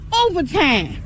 overtime